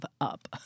up